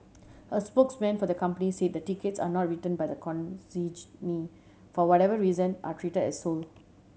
a spokesman for the company said the tickets are not return by the consignee for whatever reason are treated as sold